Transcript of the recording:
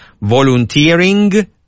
Volunteering